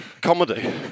comedy